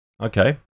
Okay